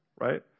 right